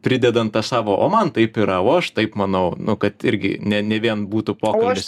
pridedant tą savo o man taip yra o aš taip manau nu kad irgi ne ne vien būtų pokalbis